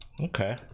okay